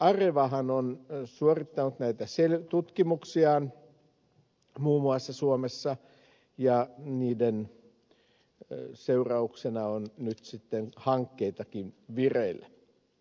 arevahan on suorittanut näitä tutkimuksiaan muun muassa suomessa ja niiden seurauksena on nyt sitten hankkeitakin vireillä